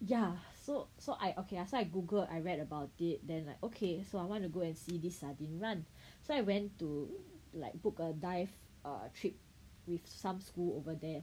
ya so so I okay lah so I Google I read about it then like okay so I wanted to go and see this sardine run so I went to like book a dive err trip with some school over there